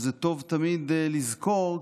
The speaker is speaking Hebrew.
וזה טוב תמיד לזכור,